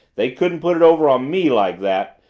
they couldn't put it over on me like that!